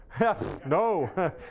No